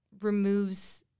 removes